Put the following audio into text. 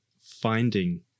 finding